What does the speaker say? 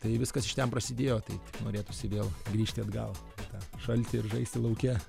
tai viskas iš ten prasidėjo tai norėtųsi vėl grįžti atgal tą šaltį ir žaisti lauke